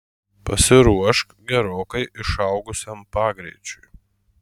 pasiruošk gerokai išaugusiam pagreičiui